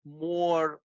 more